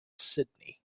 sydney